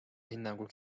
hinnangul